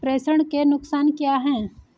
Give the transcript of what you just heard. प्रेषण के नुकसान क्या हैं?